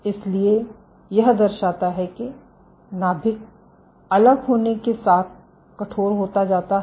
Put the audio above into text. इसलिए यह दर्शाता है कि नाभिक अलग होने के साथ कठोर होता जाता है